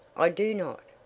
i do not.